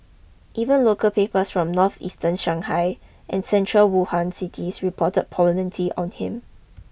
even local papers from northeastern Shanghai and central Wuhan cities reported prominently on him